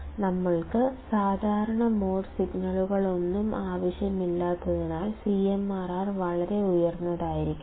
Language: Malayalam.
ഞങ്ങൾക്ക് സാധാരണ മോഡ് സിഗ്നലുകളൊന്നും ആവശ്യമില്ലാത്തതിനാൽ CMRR വളരെ ഉയർന്നതായിരിക്കണം